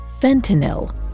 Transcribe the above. fentanyl